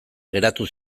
geratu